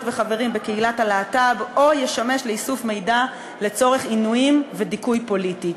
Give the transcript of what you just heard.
וחברים בקהילת הלהט"ב או ישמש לאיסוף מידע לצורך עינויים ודיכוי פוליטי.